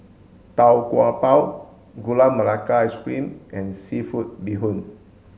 tau kwa pau gula melaka ice cream and seafood bee hoon